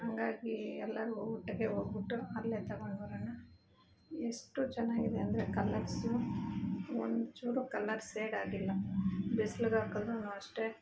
ಹಂಗಾಗಿ ಎಲ್ಲರೂ ಒಟ್ಟಿಗೆ ಹೋಗ್ಬುಟ್ಟು ಅಲ್ಲೆ ತಗೊಂಡ್ಬರೊಣ ಎಷ್ಟು ಚೆನ್ನಾಗಿದೆ ಅಂದರೆ ಕಲರ್ಸು ಒಂಚೂರು ಕಲರ್ಸ್ ಶೇಡಾಗಿಲ್ಲ ಬಿಸ್ಲಿಗ್ ಹಾಕದ್ರು ಅಷ್ಟೆ